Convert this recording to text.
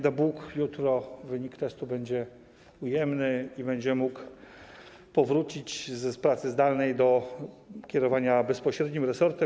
Da Bóg, jutro wynik testu będzie ujemny i będzie mógł powrócić z pracy zdalnej do kierowania bezpośrednio resortem.